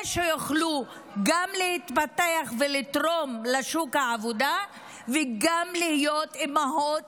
שיוכלו גם להתפתח ולתרום לשוק העבודה וגם כדי להיות אימהות